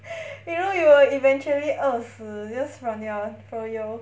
you know you will eventually 饿死 just from your froyo